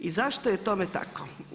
I zašto je tome tako?